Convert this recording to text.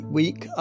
week